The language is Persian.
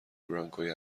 برانکوی